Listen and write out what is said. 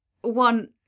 one